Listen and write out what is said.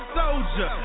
soldier